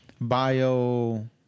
Bio